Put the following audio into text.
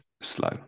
slow